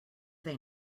they